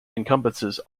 encompasses